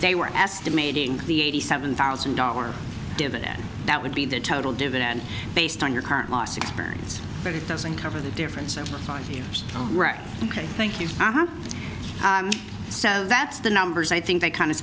they were estimating the eighty seven thousand dollar dividend that would be the total dividend based on your current loss experience but it doesn't cover the difference over five years ok thank you so that's the numbers i think they kind of